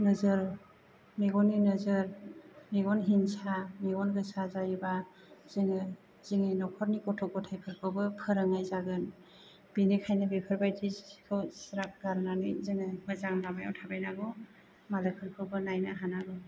नोजोर मेगननि नोजोर मेगन हिंसा मेगन गोसा जायोबा जोङो जोंनि नखरनि गथ' गथाइफोरखौबो फोरोंनाय जागोन बेनिखायनो बेफोरबायदिखौ ज्राब गारनानै जोङो मोजां लामायाव थाबायनांगौ मालायफोरखौबो नायनो हानांगौ